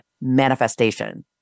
manifestation